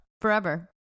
Forever